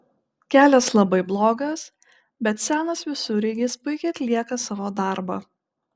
kelias labai blogas bet senas visureigis puikiai atlieka savo darbą